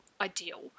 ideal